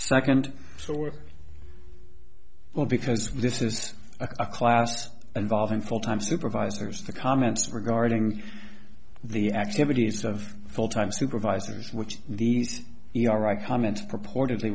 we're well because this is a class involving full time supervisors the comments regarding the activities of fulltime supervisors which these your right comment purportedly